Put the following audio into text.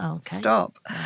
stop